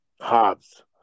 Hobbs